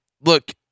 look